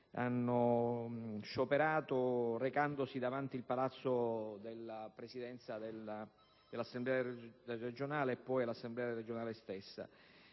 hanno scioperato, recandosi davanti al palazzo della Presidenza dell'Assemblea regionale e poi all'Assemblea regionale stessa.